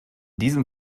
diesem